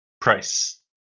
price